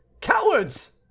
Cowards